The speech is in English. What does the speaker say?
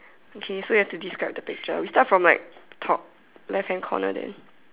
okay so you have to describe the picture we start from like top left hand corner then